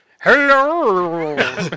Hello